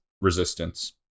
resistance